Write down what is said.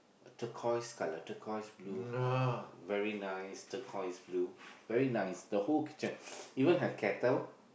turquoise colour turquoise blue very nice turquoise blue very nice the whole kitchen even her kettle